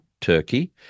Turkey